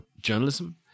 journalism